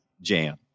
jam